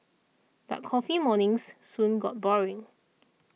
but coffee mornings soon got boring